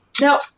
No